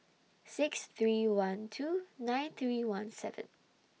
six three one two nine three one seven